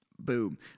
Boom